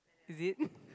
is it